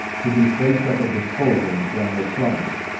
to be placed at the disposal of general sumner.